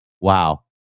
wow